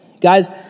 Guys